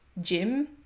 gym